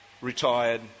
retired